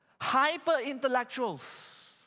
hyper-intellectuals